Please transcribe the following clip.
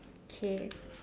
K